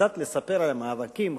כדי לספר על המאבקים,